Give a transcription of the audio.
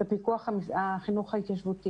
לפיקוח החינוך ההתיישבותי.